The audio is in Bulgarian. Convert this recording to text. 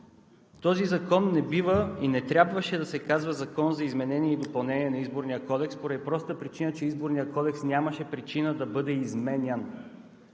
Този закон не бива и не трябваше да се казва „Закон за изменение и допълнение на Изборния кодекс“ поради простата причина, че Изборният кодекс нямаше причина да бъде изменян!